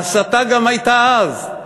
ההסתה גם הייתה אז.